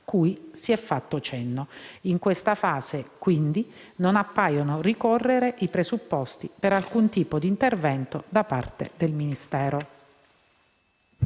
cui si è fatto cenno. In questa fase, quindi, non appaiono ricorrere i presupposti per alcun tipo di intervento da parte del Ministero.